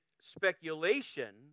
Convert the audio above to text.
speculation